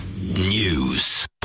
News